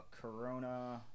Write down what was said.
corona